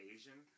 Asian